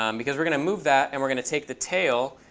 um because we're going to move that. and we're going to take the tail,